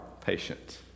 patient